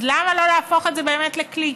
אז למה לא להפוך את זה באמת לכלי?